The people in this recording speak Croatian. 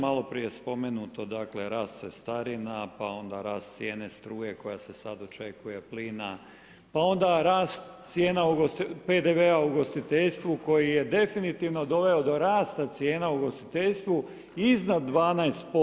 Malo prije je spomenuto, dakle rast cestarina pa onda rast cijene struje koja se sad očekuje plina, pa onda rast cijena PDV-a u ugostiteljstvu koji je definitivno doveo do rasta cijena u ugostiteljstvu iznad 12%